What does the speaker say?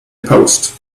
post